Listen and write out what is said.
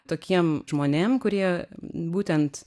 tokiem žmonėm kurie būtent